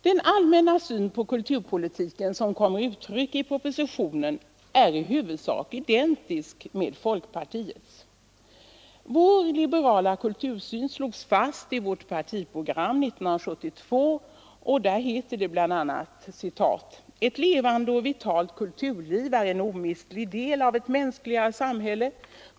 Den allmänna syn på kulturpolitiken som kommer till uttryck i propositionen är i huvudsak identisk med folkpartiets. Vår liberala kultursyn slogs fast i vårt partiprogram 1972. Där heter det bl.a.: ”Ett levande och vitalt kulturliv är en omistlig del av ett mänskligare samhälle.